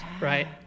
right